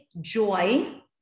joy